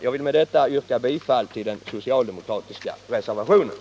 Jag vill med det anförda yrka bifall till den socialdemokratiska reservationen.